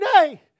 today